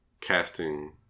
casting